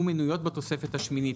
"ומנויות בתוספת השמינית",